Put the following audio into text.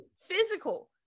physical